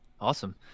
Awesome